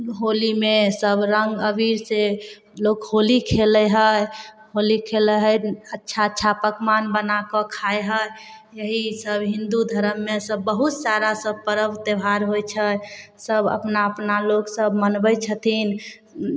होलीमे सब रङ्ग अबीरसँ लोक होली खेलय हइ होली खेलय हइ अच्छा अच्छा पकवान बनाके खाइ हइ यही सब हिन्दू धर्ममे सब बहुत सारा पर्व त्योहार होइ छै सब अपना अपना लोक सब मनबय छथिन